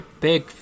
Big